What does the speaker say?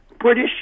British